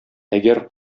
әгәр